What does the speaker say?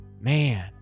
Man